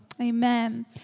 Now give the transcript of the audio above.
Amen